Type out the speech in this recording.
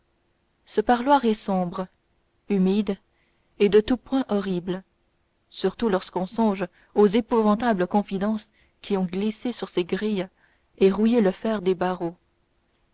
ce parloir est sombre humide et de tout point horrible surtout lorsqu'on songe aux épouvantables confidences qui ont glissé sur ces grilles et rouillé le fer des barreaux